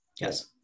yes